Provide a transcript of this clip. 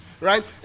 right